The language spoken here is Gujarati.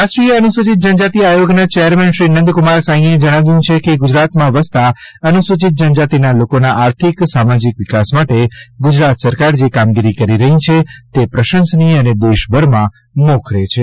રાષ્ટ્રીય અનુસૂચિત જનજાતિ આયોગના ચેરમેન શ્રી નંદકુમાર સાઇએ જણાવ્યું છે કે ગુજરાતમાં વસતા અનુસૂચિત જનજાતિના લોકોના આર્થિક સામાજિક વિકાસ માટે ગુજરાત સરકાર જે કામગીરી કરી રહી છે તે પ્રસંસનીય અને દેશભરમાં મોખરે છે